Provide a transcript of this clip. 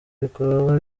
ibikorwa